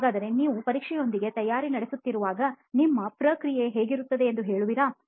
ಹಾಗಾದರೆ ನೀವು ಪರೀಕ್ಷೆಯೊಂದಕ್ಕೆ ತಯಾರಿ ನಡೆಸುತ್ತಿರುವಾಗ ನಿಮ್ಮ ಪ್ರಕ್ರಿಯೆ ಹೇಗಿರುತ್ತದೆ ಎಂದು ಹೇಳುವಿರಾ